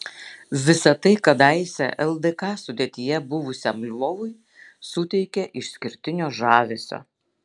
visa tai kadaise ldk sudėtyje buvusiam lvovui suteikia išskirtinio žavesio